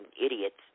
idiots